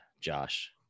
josh